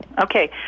Okay